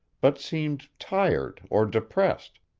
but seemed tired or depressed,